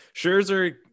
Scherzer